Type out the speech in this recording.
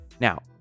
Now